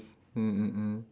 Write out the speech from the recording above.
mm mm mm